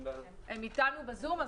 ב-זום.